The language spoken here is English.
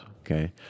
okay